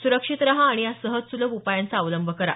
सुरक्षित रहा आणि या सहज सुलभ उपायांचा अवलंब करा